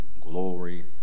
glory